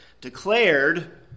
declared